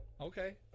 Okay